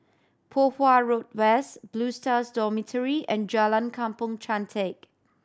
Poh Huat Road West Blue Stars Dormitory and Jalan Kampong Chantek